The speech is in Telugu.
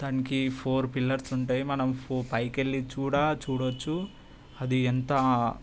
దానికి ఫోర్ పిల్లర్స్ ఉంటాయి మనం పైకెళ్ళి కూడా చూడొచ్చు అది ఎంత